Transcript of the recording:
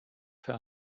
für